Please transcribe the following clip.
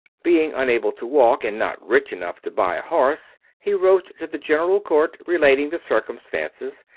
being unable to walk, and not rich enough to buy a horse, he wrote to the general court, relating the circumstances,